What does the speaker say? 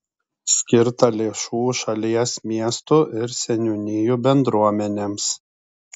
skirta lėšų šalies miestų ir seniūnijų bendruomenėms